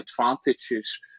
advantages